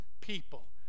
people